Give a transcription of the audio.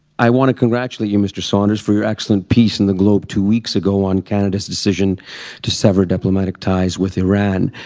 i want to congratulate you, mr. saunders, for your excellent piece in the globe two weeks ago on canada's decision to sever diplomatic ties with iran.